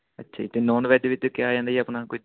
ਅੱਛਾ ਜੀ ਅਤੇ ਨੋਨ ਵੈੱਜ ਵਿੱਚ ਕਿਆ ਆ ਜਾਂਦਾ ਜੀ ਆਪਣਾ ਕੋਈ